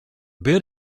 bid